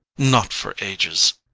not for ages.